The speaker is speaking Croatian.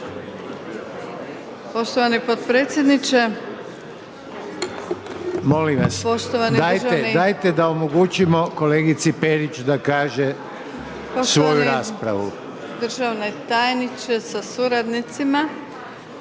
Molim vas, dajte da omogućimo kolegici Perić da kaže svoju raspravu./…